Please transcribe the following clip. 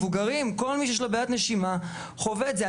המבוגרים, כל מי שיש לו בעיות נשימה חווה את זה.